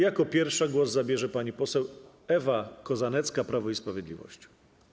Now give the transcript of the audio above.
Jako pierwsza głos zabierze pani poseł Ewa Kozanecka, Prawo i Sprawiedliwość.